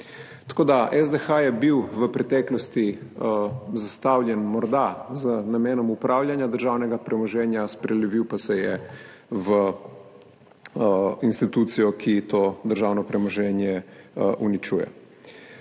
delovala. SDH je bil v preteklosti zastavljen morda z namenom upravljanja državnega premoženja, prelevil pa se je v institucijo, ki to državno premoženje uničuje.